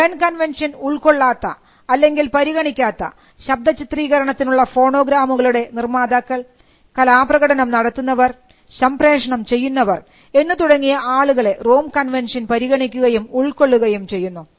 burn convention ഉൾകൊള്ളാത്ത അല്ലെങ്കിൽ പരിഗണിക്കാത്ത ശബ്ദ ചിത്രീകരണത്തിനുള്ള ഫോണോ ഗ്രാമങ്ങളുടെ നിർമ്മാതാക്കൾ കലാ പ്രകടനം നടത്തുന്നവർ സംപ്രേഷണം ചെയ്യുന്നവർ എന്നു തുടങ്ങിയ ആളുകളെ റോം കൺവെൻഷൻ പരിഗണിക്കുകയും ഉൾക്കൊള്ളുകയും ചെയ്യുന്നു